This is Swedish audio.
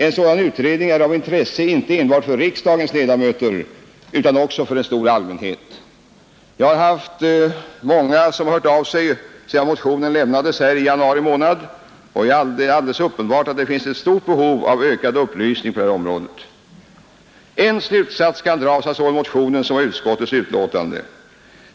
En sådan utredning är av intresse inte enbart för riksdagens ledamöter utan också för en stor allmänhet. Jag har haft många som hört av sig sedan motionen lämnades i januari, och det är alldeles uppenbart att det finns ett stort behov av ökad upplysning också på detta område. En slutsats kan dras av såväl motionen som av utskottets betänkande.